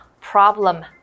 Problem